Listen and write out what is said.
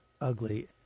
ugly